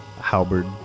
halberd